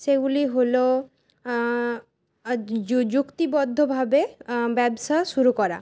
সেগুলি হল যুক্তিবদ্ধভাবে ব্যবসা শুরু করা